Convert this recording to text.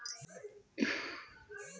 ज़मानती कितने चाहिये?